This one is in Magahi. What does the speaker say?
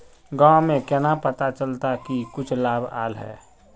गाँव में केना पता चलता की कुछ लाभ आल है?